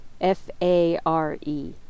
f-a-r-e